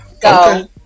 Go